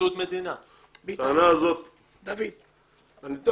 אני לא